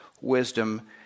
wisdom